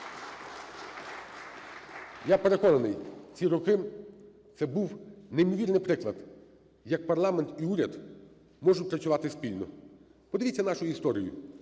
Я переконаний, ці роки – це був неймовірний приклад, як парламент і уряд можуть працювати спільно. Подивіться нашу історію.